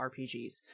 RPGs